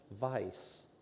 vice